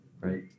right